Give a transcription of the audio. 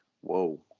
whoa